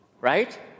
Right